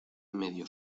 medio